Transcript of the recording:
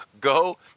go